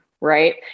right